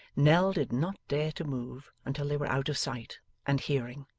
nell did not dare to move until they were out of sight and hearing,